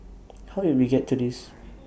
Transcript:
how did we get to this